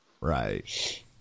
Right